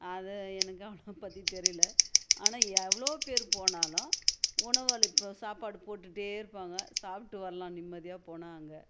அதை எனக்கு அவ்வளோவா பற்றி தெரியலை ஆனால் எவ்வளோ பேர் போனாலும் உணவு அளிப்ப சாப்பாடு போட்டுகிட்டே இருப்பாங்க சாப்பிட்டு வரலாம் நிம்மதியாக போனால் அங்கே